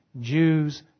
Jews